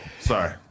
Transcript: Sorry